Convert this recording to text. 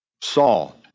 Saul